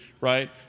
right